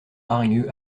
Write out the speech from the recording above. hargneux